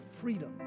freedom